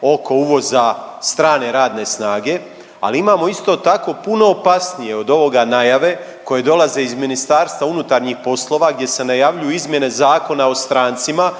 oko uvoza strane radne snage, ali imamo isto tako puno opasnije od ovoga, najave koje dolaze iz Ministarstva unutarnjih poslova gdje se najavljuju izmjene Zakona o strancima